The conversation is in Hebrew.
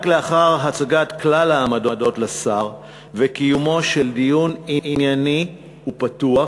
רק לאחר הצגת כלל העמדות לשר וקיומו של דיון ענייני ופתוח,